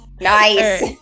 Nice